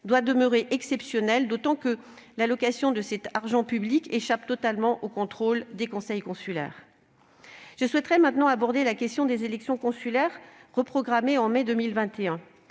doit demeurer exceptionnel, d'autant que l'allocation de cet argent public échappe totalement au contrôle des conseils consulaires. Je souhaite aborder maintenant la question des élections consulaires, reprogrammées en mai 2021.